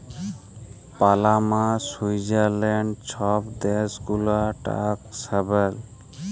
Panama, Switzerland ছব দ্যাশ গুলা ট্যাক্স হ্যাভেল